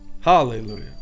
Hallelujah